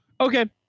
okay